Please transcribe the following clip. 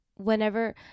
Whenever